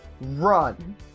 run